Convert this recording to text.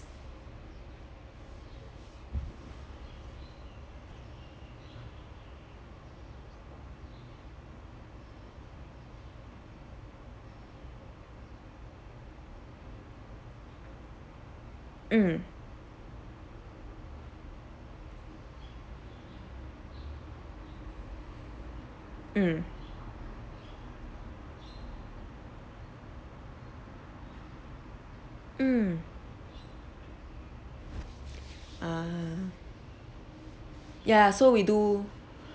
mm mm mm ah ya so we do